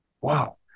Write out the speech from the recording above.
Wow